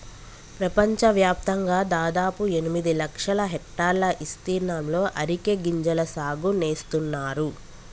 పెపంచవ్యాప్తంగా దాదాపు ఎనిమిది లక్షల హెక్టర్ల ఇస్తీర్ణంలో అరికె గింజల సాగు నేస్తున్నారు